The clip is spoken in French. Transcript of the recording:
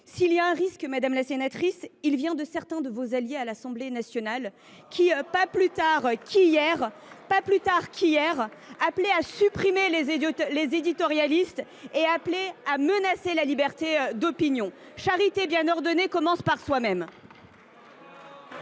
S’il y a un risque, il vient de certains de vos alliés à l’Assemblée nationale, qui, pas plus tard qu’hier, appelaient à supprimer les éditorialistes et à menacer la liberté d’opinion. Charité bien ordonnée commence par soi même